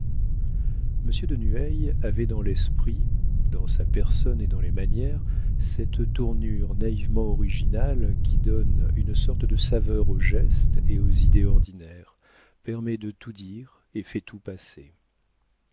monsieur de nueil avait dans l'esprit dans sa personne et dans les manières cette tournure naïvement originale qui donne une sorte de saveur aux gestes et aux idées ordinaires permet de tout dire et fait tout passer